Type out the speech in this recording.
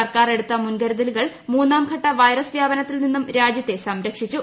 സർക്കാർ എടുത്ത മുൻകരുതലുകൾ മൂന്നാംഘട്ട വൈറസ് വ്യാപനത്തിൽ നിന്നും രാജ്യത്തെ സംരക്ഷിച്ചു